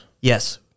Yes